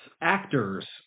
actors